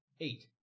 Eight